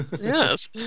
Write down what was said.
Yes